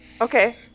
Okay